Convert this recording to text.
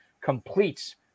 completes